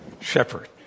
shepherd